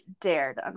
dared